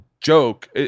joke